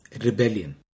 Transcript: Rebellion